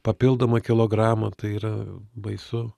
papildomą kilogramą tai yra baisu